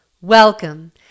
Welcome